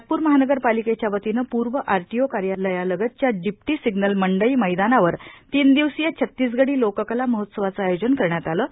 नागपूर महानगर पालिकेच्या वतीने पूर्व आरटीओ कार्यालयालगतच्या डिपटी सिग्नल मंडई मैदानावर तीन दिवसीय छत्तीसगडी लोककला महोत्सवाचे आयोजन करण्यात आले आहे